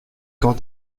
quand